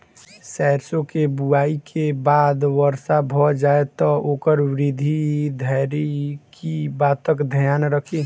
सैरसो केँ बुआई केँ बाद वर्षा भऽ जाय तऽ ओकर वृद्धि धरि की बातक ध्यान राखि?